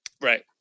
Right